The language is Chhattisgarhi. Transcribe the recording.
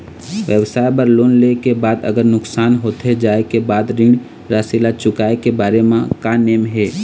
व्यवसाय बर लोन ले के बाद अगर नुकसान होथे जाय के बाद ऋण राशि ला चुकाए के बारे म का नेम हे?